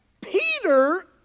Peter